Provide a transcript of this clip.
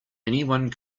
anyone